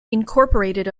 incorporated